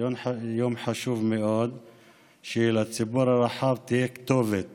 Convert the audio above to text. חשוב מאוד שלציבור הרחב תהיה כתובת